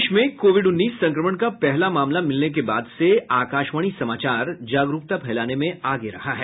देश में कोविड उन्नीस संक्रमण का पहला मामला मिलने के बाद से आकाशवाणी समाचार जागरुकता फैलाने में आगे रहा है